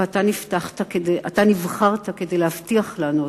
ואתה נבחרת כדי להבטיח לנו אותו.